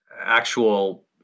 actual